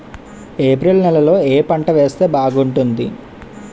April నెలలో ఏ పంట వేస్తే బాగుంటుంది?